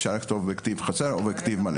אפשר לכתוב בכתיב חסר או בכתיב מלא.